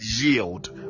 yield